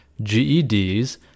GEDs